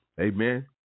Amen